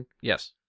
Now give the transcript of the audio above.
Yes